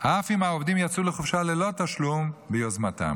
אף אם העובדים יצאו לחופשה ללא תשלום ביוזמתם.